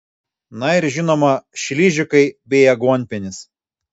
na ir žinoma šližikai bei aguonpienis